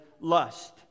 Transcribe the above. lust